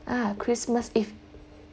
ah christmas eve